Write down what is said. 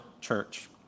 church